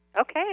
Okay